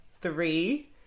three